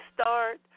start